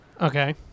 Okay